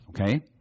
Okay